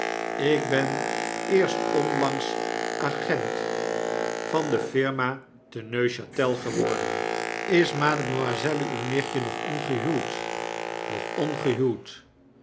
ik ben eerst onlangs agent van de firmate neuchatel geworden is mademoiselle uw nichtje nog ongehuwd nog